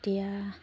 তেতিয়া